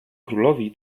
królowi